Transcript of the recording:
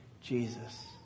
Jesus